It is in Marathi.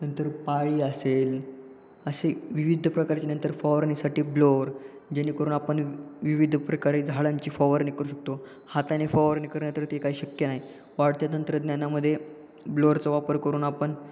नंतर पाळी असेल असे विविध प्रकारचे नंतर फवारण्यासाठी ब्लोअर जेणेकरून आपण विविध प्रकारे झाडांची फवारणी करू शकतो हाताने फवारणी करणार तर ते काही शक्य नाही वाढत्या तंत्रज्ञानामध्ये ब्लोअरचा वापर करून आपण